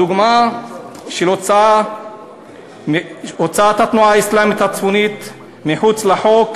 הדוגמה של הוצאת התנועה האסלאמית הצפונית מחוץ לחוק